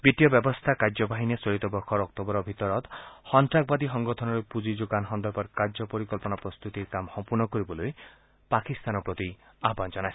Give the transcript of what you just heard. বিত্তীয় ব্যৱস্থা কাৰ্যবাহিনীয়ে চলিত বৰ্ষৰ অক্টোবৰৰ ভিতৰত সন্নাসবাদী সংগঠনলৈ পুঁজি যোগান সন্দৰ্ভত কাৰ্য পৰিকল্পনা প্ৰস্ততিৰ কাম সম্পূৰ্ণ কৰিবলৈ পাকিস্তানৰ প্ৰতি আহান জনাইছে